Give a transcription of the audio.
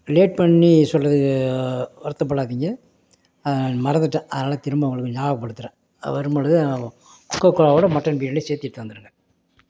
late பண்ணி சொல்கிறதுக்கு வருத்தப்படாதிங்க மறந்துட்டேன் அதனால திரும்ப உங்களுக்கு ஞாபகப்படுத்துகிறேன் வரும்பொழுது கொக்ககோலாவோடய மட்டன் பிரியாணியை சேர்த்து எடுத்து வந்துடுங்க